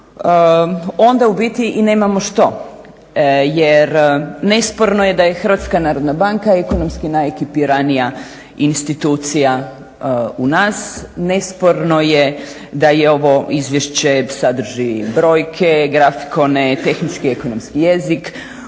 onda u biti i nemamo što jer nesporno je da je Hrvatska narodna banka ekonomski najkorumpiranija institucija u nas, nesporno je da je ovo izvješće sadrži brojke, grafikone, tehnički ekonomski jezik,